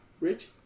Rich